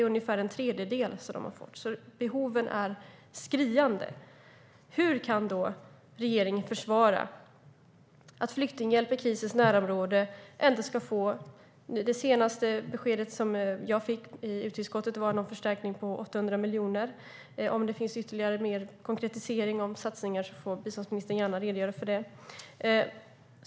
Ungefär en tredjedel har de fått. Behoven är alltså skriande. Hur kan regeringen försvara att flyktinghjälp i krisens närområde inte ska få en förstärkning på mer än 800 miljoner, enligt det senaste beskedet jag fick i utrikesutskottet? Om det finns ytterligare konkreta satsningar får biståndsministern gärna redogöra för det.